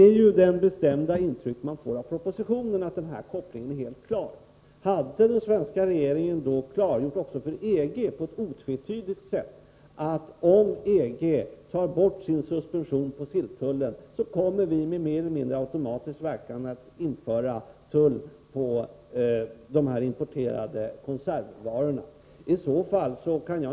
När man läser propositionen får man ett intryck av att den kopplingen är ett faktum. Hade den svenska regeringen på ett otvetydigt sätt då klargjort att om EG tar bort suspensionen på silltullen, skulle vi mer eller mindre automatiskt införa tull på importerade konservvaror.